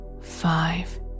five